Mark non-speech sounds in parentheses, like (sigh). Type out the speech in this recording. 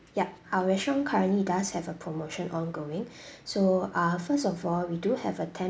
yup our restaurant currently does have a promotion ongoing (breath) so uh first of all we do have a ten